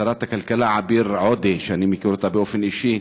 שרת הכלכלה עביר עודה, ואני מכיר אותה באופן אישי.